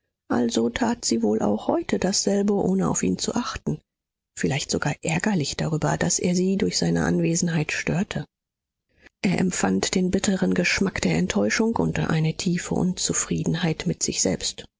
also tat sie wohl auch heute dasselbe ohne auf ihn zu achten vielleicht sogar ärgerlich darüber daß er sie durch seine anwesenheit störte er empfand den bitteren geschmack der enttäuschung und eine tiefe unzufriedenheit mit sich selbst